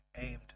aimed